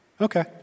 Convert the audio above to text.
okay